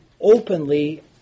openly